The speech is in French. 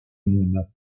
monde